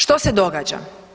Što se događa?